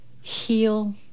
Heal